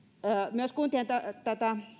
myös kuntien